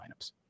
lineups